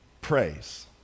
praise